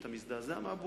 ואתה מזדעזע מהבורות,